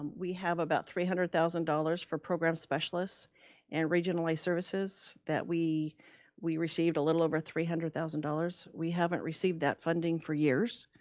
um we have about three hundred thousand dollars for programs specialists and regionalized services that we we received a little over three hundred thousand dollars. we haven't received that funding for years.